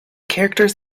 characters